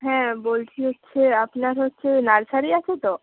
হ্যাঁ বলছি হচ্ছে আপনার হচ্ছে নার্সারি আছে তো